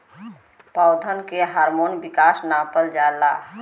पौधन के हार्मोन विकास नापल जाला